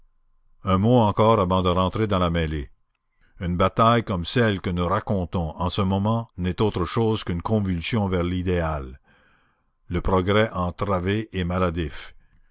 un mot encore avant de rentrer dans la mêlée une bataille comme celle que nous racontons en ce moment n'est autre chose qu'une convulsion vers l'idéal le progrès entravé est maladif